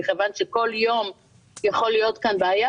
מכיוון שכל יום יכול להיות כאן בעיה,